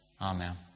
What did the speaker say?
Amen